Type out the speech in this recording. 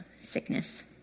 sickness